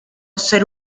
ser